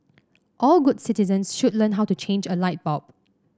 all good citizens should learn how to change a light bulb